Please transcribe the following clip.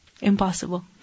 impossible